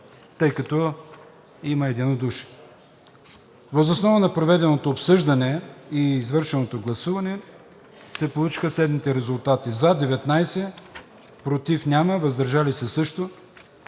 тъй като има единодушие. Въз основа на проведеното обсъждане и извършеното гласуване се получиха следните резултати: за – 19, против и въздържали се няма.